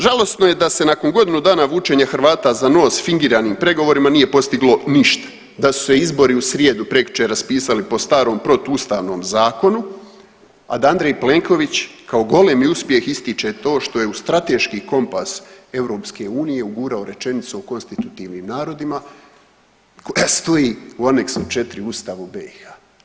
Žalosno je da se nakon godinu dana vučenja Hrvata za nos fingiranim pregovorima nije postiglo ništa da su se izbori u srijedu, prekjučer raspisali po starom protuustavnom zakonu, a da Andrej Plenković kao golemi uspjeh ističe to što je u strateški kompas EU ugurao rečenicu o konstitutivnim narodima koja stoji u Aneksu 4 u Ustavu BiH.